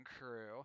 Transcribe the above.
crew